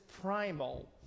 Primal